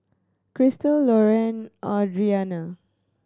Crystal Loraine Audrianna